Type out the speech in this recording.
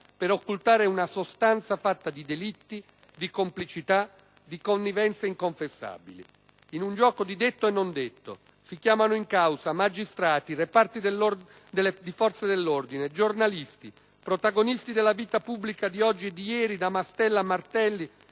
per occultare una sostanza fatta di delitti, di complicità, di connivenze inconfessabili. In un gioco di detto e non detto si chiamano in causa magistrati, reparti di forze dell'ordine, giornalisti, protagonisti della vita pubblica di oggi e di ieri, da Mastella a Martelli,